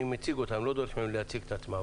לא דורש מהם להציג את עצמם,